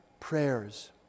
prayers